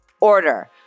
order